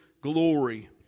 glory